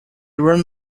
run